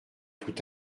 tout